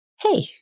hey